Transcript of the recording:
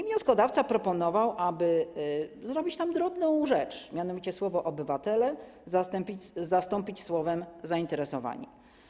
Wnioskodawca proponował, aby zrobić tam drobną rzecz, mianowicie słowo „obywatele” zastąpić słowem „zainteresowani”